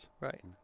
Right